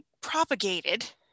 propagated